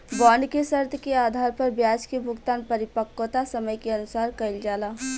bond के शर्त के आधार पर ब्याज के भुगतान परिपक्वता समय के अनुसार कईल जाला